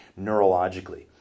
neurologically